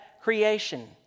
creation